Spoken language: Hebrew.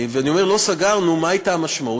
ואני אומר, לא סגרנו, מה הייתה המשמעות?